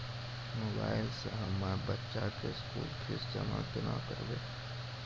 Mobile से हम्मय बच्चा के स्कूल फीस जमा केना करबै?